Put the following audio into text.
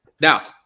Now